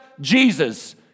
Jesus